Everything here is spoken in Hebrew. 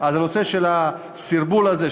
אז הנושא של הסרבול הזה,